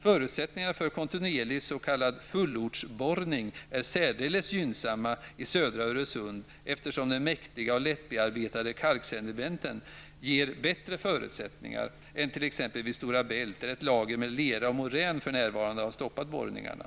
Förutsättningarna för kontinuerlig s.k. fullortsborrning är särdeles gynnsamma i södra Öresund, eftersom det mäktiga och lättbearbetade kalksedimentet ger bättre förutsättningar än t.ex. vid Store Bält, där ett lager med lera och morän för närvarande har stoppat borrningarna.